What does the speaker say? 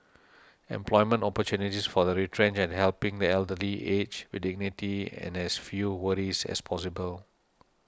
employment opportunities for the retrenched and helping the elderly age with dignity and as few worries as possible